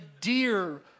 dear